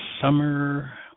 Summer